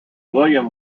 william